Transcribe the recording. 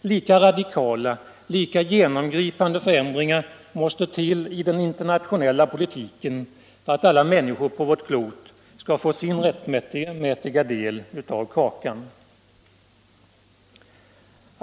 Lika radikala, lika genomgripande förändringar måste till i den internationella politiken för att alla människor på vårt klot skall få sin rättmätiga del av kakan.